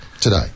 today